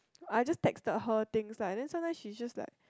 I just texted her things right then sometimes she just like